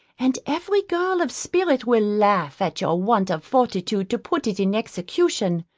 and every girl of spirit will laugh at your want of fortitude to put it in execution,